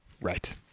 Right